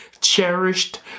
cherished